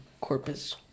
Corpus